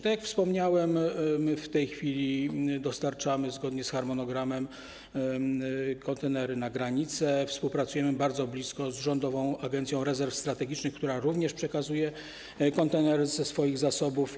Tak jak wspomniałem, w tej chwili dostarczamy zgodnie z harmonogramem kontenery na granicę, współpracujemy bardzo blisko z Rządową Agencją Rezerw Strategicznych, która również przekazuje kontenery ze swoich zasobów.